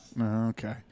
Okay